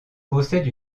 possède